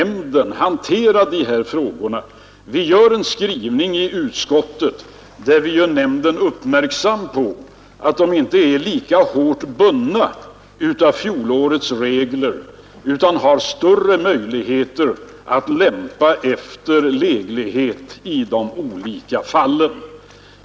Man har sagt: Vi gör en skrivning i betänkandet där vi fäster nämndens uppmärksamhet på att den inte längre är så hårt bunden av fjolårets regler utan har större möjligheter att laga efter läglighet i de olika fallen.